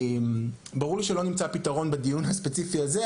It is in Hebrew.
ברור לי שלא נמצא פתרון בדיון הספציפי הזה,